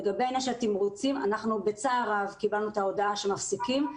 לגבי התמרוצים בצער רב קיבלנו את ההודעה שמפסיקים.